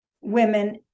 women